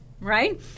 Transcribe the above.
right